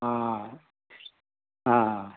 ஆ ஆ